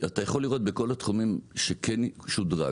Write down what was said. אתה יכול לראות בכל התחומים שכן שודרג,